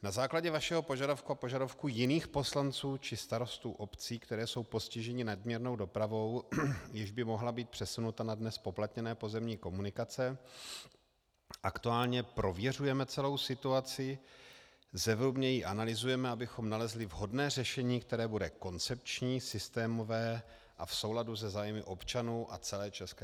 Na základě vašeho požadavku a požadavků jiných poslanců či starostů obcí, které jsou postiženy nadměrnou dopravou, jež by mohla být přesunuta na dnes zpoplatněné pozemní komunikace, aktuálně prověřujeme celou situaci, zevrubně ji analyzujeme, abychom nalezli vhodné řešení, které bude koncepční, systémové a v souladu se zájmy občanů a celé ČR.